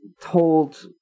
told